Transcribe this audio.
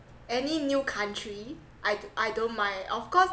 any new country I I don't mind of course